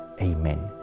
Amen